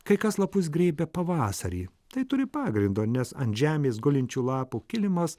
kai kas lapus grėbia pavasarį tai turi pagrindo nes ant žemės gulinčių lapų kilimas